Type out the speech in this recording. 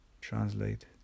translate